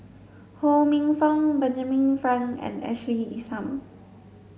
Ho Minfong Benjamin Frank and Ashley Isham